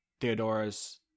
Theodora's